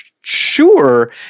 Sure